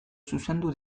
zuzendu